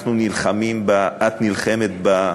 אנחנו נלחמים בה, את נלחמת בה,